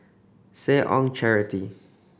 Seh Ong Charity